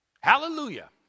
hallelujah